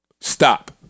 stop